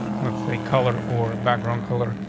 that's a color or background color.